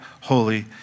holy